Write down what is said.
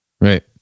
Right